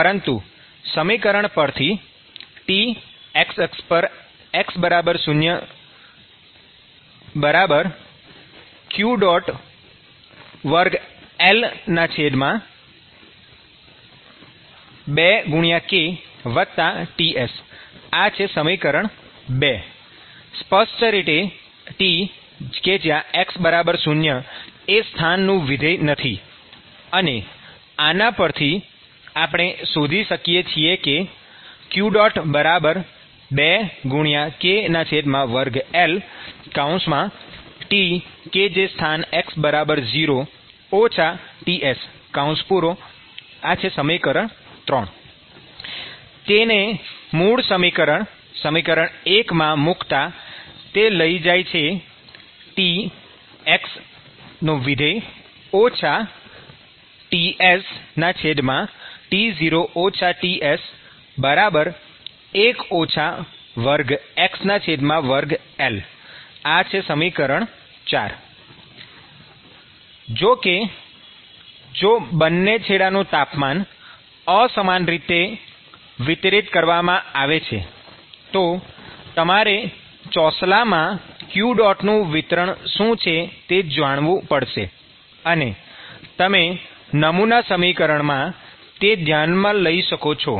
પરંતુ સમીકરણ પરથી Tx0qL22kTs ૨ સ્પષ્ટ રીતે Tx0 એ સ્થાનનું વિધેય નથી અને આના ઉપરથી આપણે શોધી શકીએ છીએ કે q2kL2Tx0 Ts ૩ તેને મૂળ સમીકરણ સમીકરણ ૧ માં મૂકતાં તે લઈ જાય છે Tx TsT0 Ts1 x2L2 ૪ જો કે જો બંને છેડેનું તાપમાન અસમાન રીતે વિતરિત કરવામાં આવે છે તો તમારે ચોસલામાં q નું વિતરણ શું છે તે જાણવું પડશે અને તમે નમૂના સમીકરણમાં તે ધ્યાનમાં લઈ શકો છો